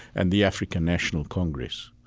and the african national congress.